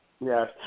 Yes